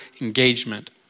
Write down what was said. engagement